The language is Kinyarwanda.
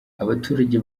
abaturage